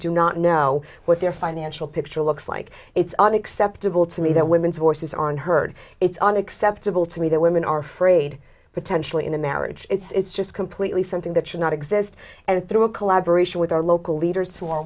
do not know what their financial picture looks like it's on the acceptable to me that women's wear it's on heard it's unacceptable to me that women are afraid potentially in a marriage it's just completely something that should not exist and through a collaboration with our local leaders for